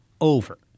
over